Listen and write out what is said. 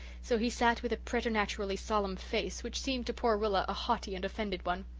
so he sat with a preternaturally solemn face which seemed to poor rilla a haughty and offended one.